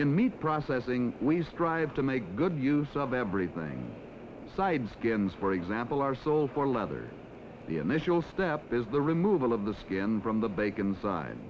in meat processing we strive to make good use of everything side skins for example are sold for leather the initial step is the removal of the skin from the bacon side